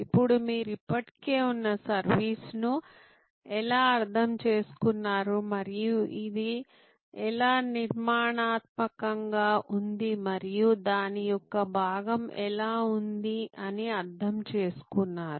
ఇప్పుడు మీరు ఇప్పటికే ఉన్న సర్వీస్ ను ఎలా అర్థం చేసుకున్నారు మరియు ఇది ఎలా నిర్మాణాత్మకంగా ఉంది మరియు దాని యొక్క భాగం ఎలా ఉంది అని అర్ధం చేసుకున్నారు